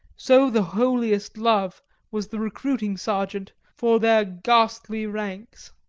so the holiest love was the recruiting sergeant for their ghastly ranks.